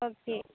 okay